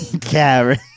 Karen